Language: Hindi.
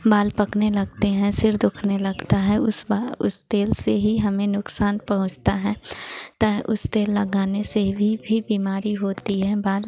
बाल पकने लगते हैं सिर दुखने लगता है उस बा उस तेल से ही हमें नुकसान पहुँचता है ता है उस तेल लगाने से भी भी बीमारी होती है बाल